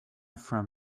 from